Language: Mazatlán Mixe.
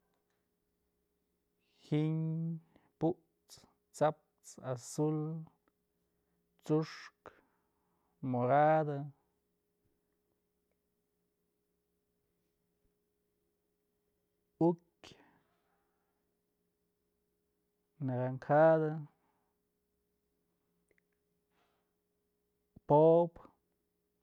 Giñ, put's, t'saps, azul, t'suxkë, moradë, ukyë, naranjadë, po'obë.